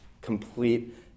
complete